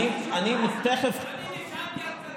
אני תכף, אני נשענתי על כלכלנים.